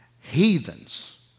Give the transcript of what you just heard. Heathens